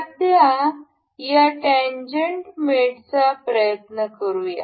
सध्या या टॅन्जेन्ट मेटचा प्रयत्न करूया